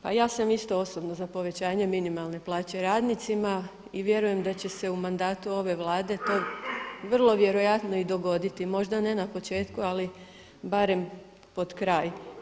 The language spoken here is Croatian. Pa ja sam isto osobno za povećanje minimalne plaće radnicima i vjerujem da će se u mandatu ove Vlade to vrlo vjerojatno i dogoditi, možda ne na početku ali barem pod kraj.